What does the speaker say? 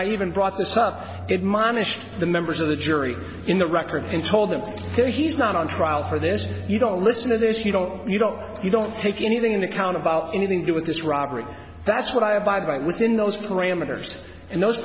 i even brought this up it mohnish the members of the jury in the record and told them that he's not on trial for this you don't listen to this you don't you don't you don't take anything into account about anything do with this robbery that's what i abide by within those parameters and those